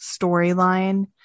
storyline